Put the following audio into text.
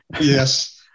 Yes